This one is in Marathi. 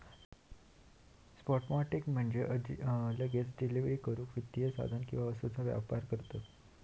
स्पॉट मार्केट मध्ये लगेच डिलीवरी करूक वित्तीय साधन किंवा वस्तूंचा व्यापार करतत